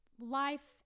Life